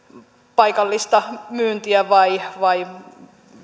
paikallista myyntiä vai vai